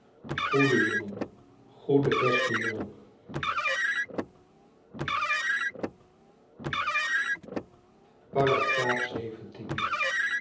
goede jongen goede beste jongen